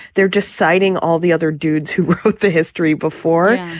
they're just citing all the other dudes who wrote the history before.